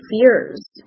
fears